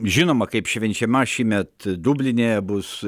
žinoma kaip švenčiama šįmet dubline bus